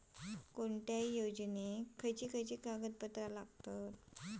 कोणत्याही योजनेक काय काय कागदपत्र लागतत?